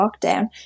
lockdown